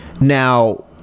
Now